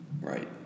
Right